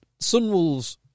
Sunwolves